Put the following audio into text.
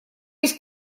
есть